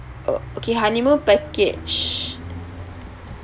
uh okay honeymoon package